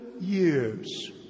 years